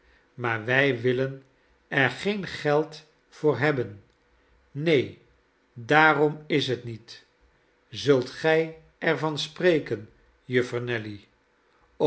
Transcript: maar wij willen er geen geld voor hebben neen daarom is het niet zult gij er van spreken juffer nelly